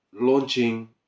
launching